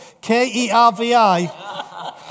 K-E-R-V-I